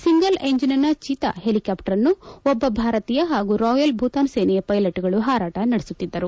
single ಎಂಜಿನ್ನ Cheetah ಹೆಲಿಕಾಪ್ಸರ್ಅನ್ನು ಒಬ್ಬ ಭಾರತೀಯ ಹಾಗೂ ರಾಯಲ್ ಭೂತಾನ್ ಸೇನೆಯ ಪೈಲೆಟ್ಗಳು ಹಾರಾಟ ನಡೆಸುತ್ತಿದ್ದರು